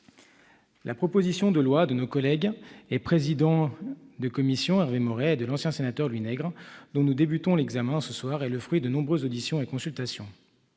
La proposition de loi de notre collègue et président de commission Hervé Maurey et de l'ancien sénateur Louis Nègre, dont nous débutons l'examen ce soir, est le fruit de nombreuses auditions et consultations.